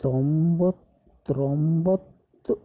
ತೊಂಬತ್ತೊಂಬತ್ತು